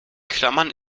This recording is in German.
klammern